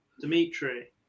Dimitri